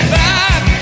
back